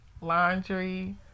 laundry